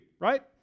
right